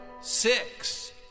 six